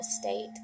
state